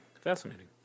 Fascinating